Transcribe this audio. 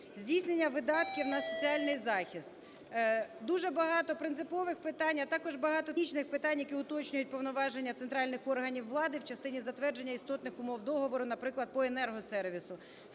Здійснення видатків на соціальний захист. Дуже багато принципових питань, а також багато технічних питань, які уточнюють повноваження центральних органів влади в частині затвердження істотних умов договору, наприклад, по енергосервісу.